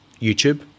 YouTube